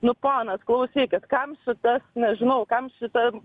nu ponas klausykit kam šitas nežinau kam šita